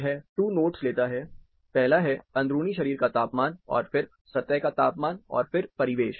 यह 2 नोड्स लेता है पहला है अंदरुनी शरीर का तापमान और फिर सतह का तापमान और फिर परिवेश